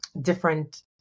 different